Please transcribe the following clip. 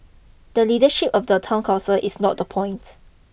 the leadership of the town council is not the point